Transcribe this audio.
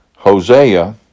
Hosea